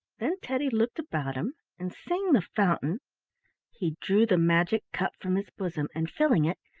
then teddy looked about him, and seeing the fountain he drew the magic cup from his bosom and, filling it,